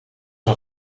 een